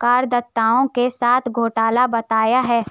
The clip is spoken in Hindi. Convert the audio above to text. करदाताओं के साथ घोटाला बताया है